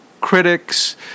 critics